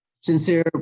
sincere